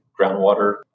groundwater